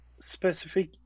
specific